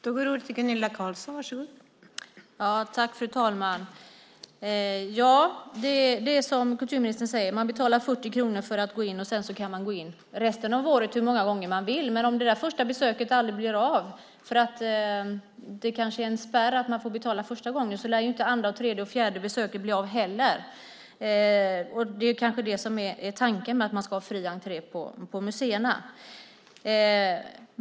Fru talman! Det är som kulturministern säger. Man betalar 40 kronor för att gå in. Sedan kan man gå in hur många gånger man vill resten av året. Men om det där första besöket aldrig blir av för att det kanske är en spärr att man får betala första gången, så lär ju inte andra, tredje och fjärde besöket heller bli av. Det kanske är det som är tanken med att det ska vara fri entré på museerna.